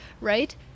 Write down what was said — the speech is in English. right